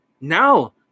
Now